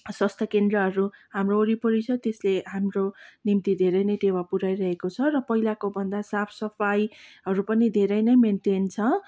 स्वास्थ्य केन्द्रहरू हाम्रो वरिपरि छ त्यसले हाम्रो निम्ति धेरै नै टेवा पुऱ्याइरहेको छ र पहिलाको भन्दा साफसफाईहरू पनि धेरै नै मेन्टेन छ